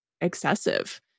excessive